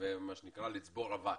ולצבור אבק.